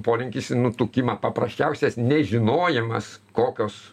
polinkis į nutukimą paprasčiausias nežinojimas kokios